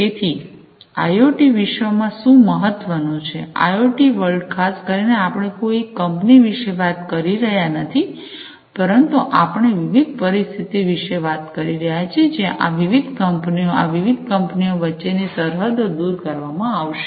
તેથી આઈઓટી વિશ્વમાં શું મહત્વનું છે આઇઓટી વર્લ્ડ ખાસ કરીને આપણે કોઈ એક કંપની વિશે વાત કરી રહ્યા નથી પરંતુ આપણે વિવિધ પરિસ્થિતિ વિશે વાત કરી રહ્યા છીએ જ્યાં આ વિવિધ કંપનીઓ આ વિવિધ કંપનીઓ વચ્ચેની સરહદો દૂર કરવામાં આવશે